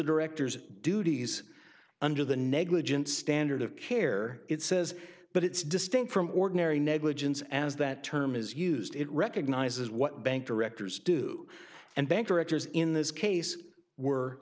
director's duties under the negligent standard of care it says but it's distinct from ordinary negligence as that term is used it recognizes what bank directors do and banker actors in this case were